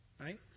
Right